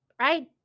right